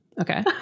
Okay